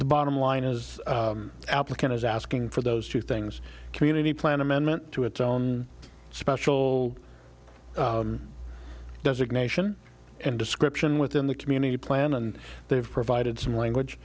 the bottom line is applicant is asking for those two things community plan amendment to its own special designation and description within the community plan and they've provided some language